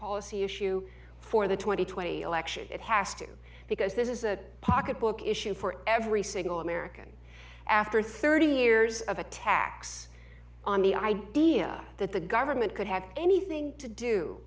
policy issue for the twenty twenty election it has to because this is a pocketbook issue for every single american after thirty years of attacks on the idea that the government could have anything to do